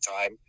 time